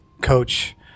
coach